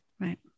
right